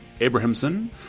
abrahamson